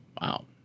Wow